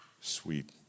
sweet